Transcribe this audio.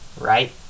right